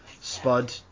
spud